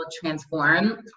transform